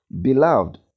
Beloved